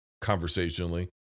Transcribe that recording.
conversationally